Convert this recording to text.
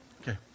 Okay